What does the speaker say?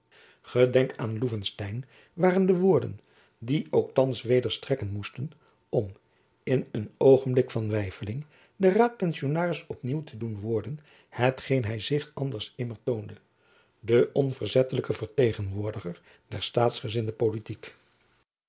gedenk aan loevenstein waren de woorden die ook thands weder strekken moesten om in een oogenblik van weifeling den raadpensionaris op nieuw te doen worden hetgeen hy zich anders immer toonde de onverzettelijke vertegenwoordiger der staatsgezinde politiek